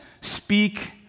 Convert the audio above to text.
speak